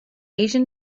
asian